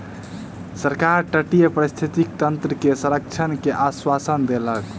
सरकार तटीय पारिस्थितिकी तंत्र के संरक्षण के आश्वासन देलक